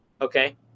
Okay